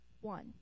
one